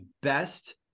best